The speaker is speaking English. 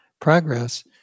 progress